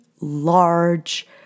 large